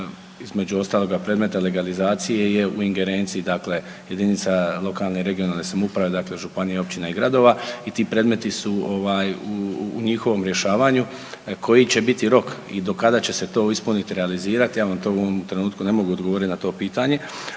između ostaloga predmeta legalizacije je u ingerenciji jedinica lokalne i regionalne samouprave dakle županija, općina i gradova i ti predmeti su u njihovom rješavanju. Koji će biti rok i do kada će se to ispuniti i realizirati ja vam to u ovom trenutku ne mogu odgovoriti na to pitanje,